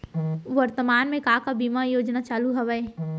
वर्तमान में का का बीमा योजना चालू हवये